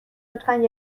لطفا